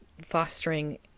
fostering